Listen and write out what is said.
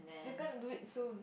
you're gonna do it soon